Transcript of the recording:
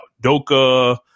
Doka